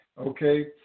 okay